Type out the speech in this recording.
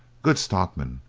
good stockmen,